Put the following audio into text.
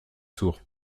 sourd